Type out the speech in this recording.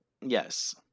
yes